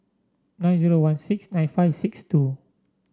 nine zero one six nine five six two